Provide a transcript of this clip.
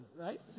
right